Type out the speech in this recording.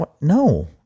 No